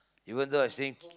even though I staying